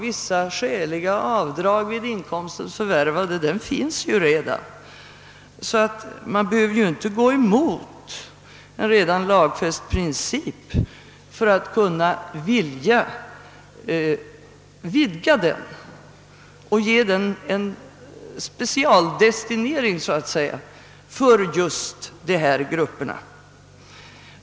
Principen om skäliga avdrag för kostnader för inkomstens förvärvande är ju redan godtagen, så man behöver inte gå emot en redan lagfäst princip utan bara vidga den och ge den så att säga en specialdestinering för just dessa grupper.